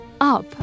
Up